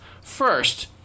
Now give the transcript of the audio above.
First